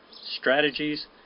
strategies